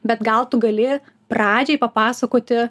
bet gal tu gali pradžiai papasakoti